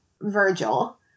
Virgil